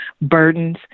burdens